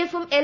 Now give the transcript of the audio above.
എഫും എൽ